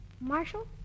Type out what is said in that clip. Marshall